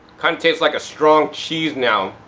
kind of tastes like a strong cheese now.